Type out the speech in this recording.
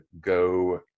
go